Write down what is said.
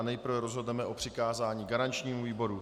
Nejprve rozhodneme o přikázání garančnímu výboru.